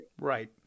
Right